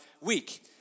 week